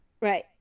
Right